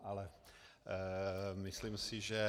Ale myslím si, že...